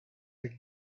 are